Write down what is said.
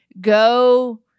go